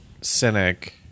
cynic